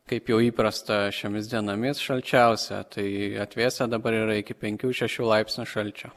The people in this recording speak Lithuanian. kaip jau įprasta šiomis dienomis šalčiausia tai atvėsę dabar yra iki penkių šešių laipsnių šalčio